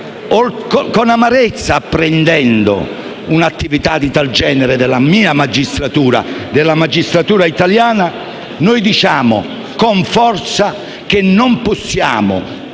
con amarezza apprendendo un'attività di tal genere da parte della sua magistratura, della magistratura italiana, afferma con forza che non possiamo